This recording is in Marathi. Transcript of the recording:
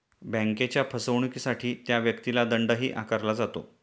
बँकेच्या फसवणुकीसाठी त्या व्यक्तीला दंडही आकारला जातो